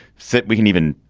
fitt, we can even